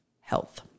health